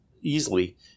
easily